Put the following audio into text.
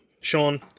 Sean